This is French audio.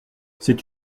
c’est